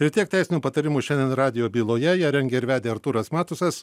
ir tiek teisinių patarimų šiandien radijo byloje ją rengė ir vedė artūras matusas